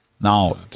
Now